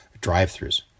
Drive-throughs